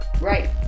Right